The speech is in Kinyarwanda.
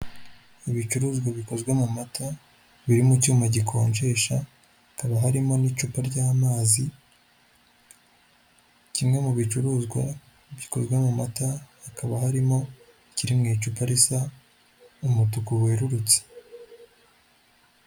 Ibicuruzwa bikozwe mu mata, biri mu icyuma gikonjesha, hakaba harimo n'icupa ry'amazi, kimwe mu bicuruzwa bikorwa mu mata, hakaba harimo ikiri mu icupa risa umutuku werurutse.